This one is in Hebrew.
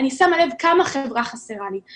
אני שמה לב כמה החברה חסרה לי,